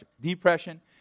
depression